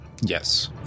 Yes